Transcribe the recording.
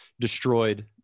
destroyed